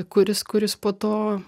kuris kuris po to